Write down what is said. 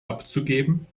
abzugeben